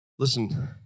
Listen